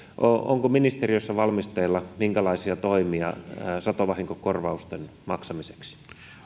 onko ministeriössä valmisteilla minkälaisia toimia satovahinkokorvausten maksamiseksi